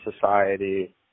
society